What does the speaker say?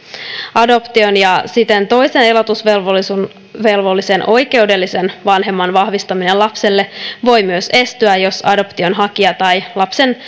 adoptio ja siten toisen elatusvelvollisen oikeudellisen oikeudellisen vanhemman vahvistaminen lapselle voivat myös estyä jos adoption hakija tai lapsen